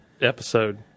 episode